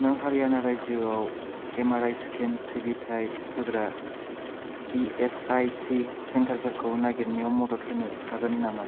नों हारियाना रायजोआव M R I scan सिबिथाय होग्रा इ एस आइ सि सेन्टारफोरखौ नागिरनायाव मदद होनो हागोन नामा